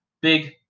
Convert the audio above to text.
big